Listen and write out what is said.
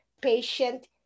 patient